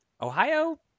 Ohio